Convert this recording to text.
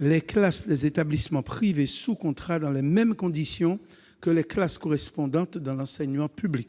les classes des établissements privés sous contrat dans les mêmes conditions que les classes correspondantes dans l'enseignement public.